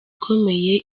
ikomeye